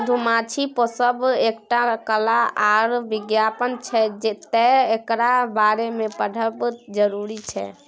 मधुमाछी पोसब एकटा कला आर बिज्ञान छै तैं एकरा बारे मे पढ़ब जरुरी छै